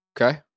Okay